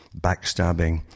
backstabbing